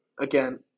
again